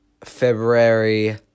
February